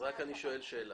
אני שואל שאלה.